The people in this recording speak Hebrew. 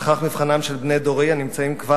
וכך מבחנם של בני דורי שכבר נמצאים או